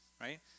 right